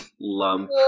lump